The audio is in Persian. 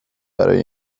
برای